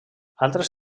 altres